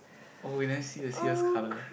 oh we never see the sail's colour